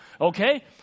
Okay